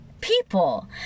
people